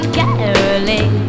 caroling